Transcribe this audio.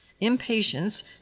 Impatience